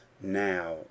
now